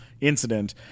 incident